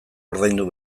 ordaindu